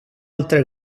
altra